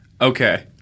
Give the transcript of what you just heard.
Okay